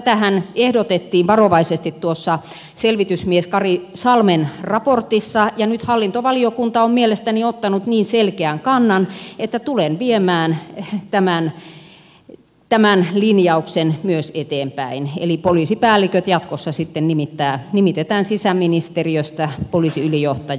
tätähän ehdotettiin varovaisesti selvitysmies kari salmen raportissa ja nyt hallintovaliokunta on mielestäni ottanut niin selkeän kannan että tulen viemään tämän linjauksen myös eteenpäin eli poliisipäälliköt jatkossa sitten nimitetään sisäministeriöstä poliisiylijohtajan